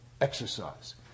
exercise